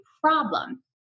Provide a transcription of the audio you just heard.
problem